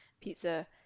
pizza